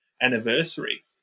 anniversary